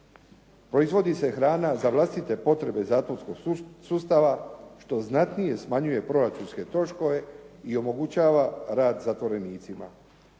Proizvodi se hrana za vlastite potrebe zatvorskog sustava što znatnije smanjuje proračunske troškove i omogućava rad zatvorenicima.